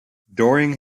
during